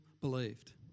believed